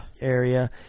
area